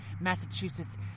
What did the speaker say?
Massachusetts